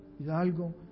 Hidalgo